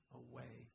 away